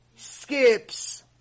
Skips